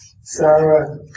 Sarah